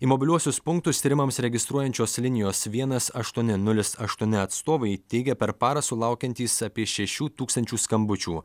į mobiliuosius punktus tyrimams registruojančios linijos vienas aštuoni nulis aštuoni atstovai teigia per parą sulaukiantys apie šešių tūkstančių skambučių